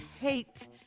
hate